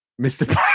Mr